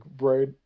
right